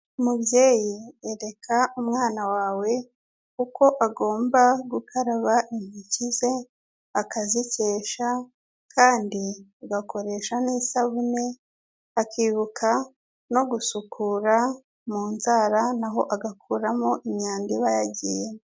Mubyeyi ereka umwana wawe uko agomba gukaraba intoki ze akazikesha, kandi agakoresha n'isabune, akibuka no gusukura mu nzara na ho agakuramo imyanda iba yagiyemo.